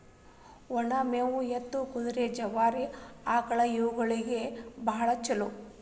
ಒನ ಮೇವು ಎತ್ತು, ಕುದುರೆ, ಜವಾರಿ ಆಕ್ಳಾ ಇವುಗಳಿಗೆ ಬಾಳ ಚುಲೋ